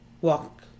walk